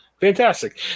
Fantastic